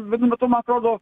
vienu metu man atrodo